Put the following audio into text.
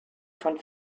von